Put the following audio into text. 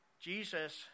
Jesus